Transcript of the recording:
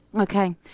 Okay